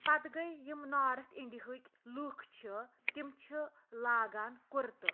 پَتہٕ گٔے یِم نارتھ اِنڈیہٕکۍ لُکھ چھِ تِم چھِ لاگان کُرتہٕ